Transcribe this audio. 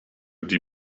die